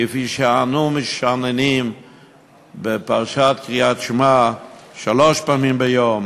כפי שאנו משננים בפרשת קריאת שמע שלוש פעמים ביום: